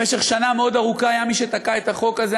במשך שנה מאוד ארוכה היה מי שתקע את החוק הזה.